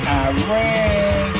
iran